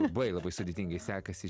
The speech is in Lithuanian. labai labai sudėtingai sekasi